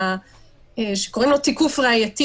שקוראים לו "תיקוף ראייתי",